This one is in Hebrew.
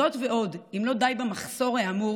זאת ועוד, אם לא די במחסור האמור,